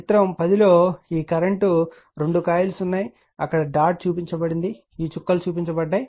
చిత్రం 10 లో ఈ కరెంట్ 2 కాయిల్స్ ఉన్నాయి అక్కడ డాట్ చూపించబడ్డాయి ఈ చుక్కలు చూపించబడ్డాయి